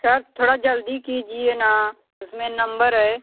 sir थोड़ा जल्दी कीजिए ना उसमें नंबर है